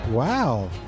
Wow